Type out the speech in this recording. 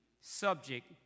subject